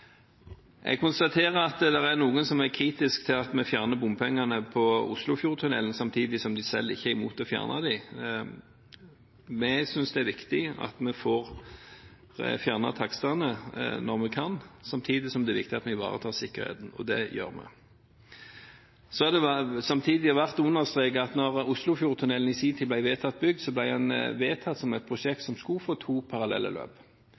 Jeg konstaterer at det er noen som er kritisk til at vi fjerner bompengene på Oslofjordtunnelen, samtidig som de selv ikke er imot å fjerne dem. Vi synes det er viktig at vi får fjernet innkrevingen når vi kan, samtidig som det er viktig at vi ivaretar sikkerheten, og det gjør vi. Så har det vært understreket at da Oslofjordtunnelen i sin tid ble vedtatt bygd, ble den vedtatt som et prosjekt som skulle få to parallelle løp.